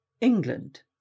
England